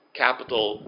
capital